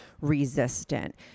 resistant